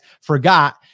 forgot